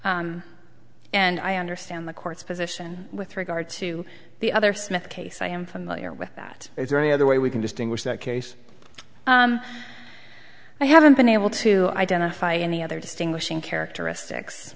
and i understand the court's position with regard to the other smith case i am familiar with that is there any other way we can distinguish that case i haven't been able to identify any other distinguishing characteristics